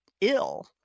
ill